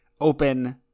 open